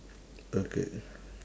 okay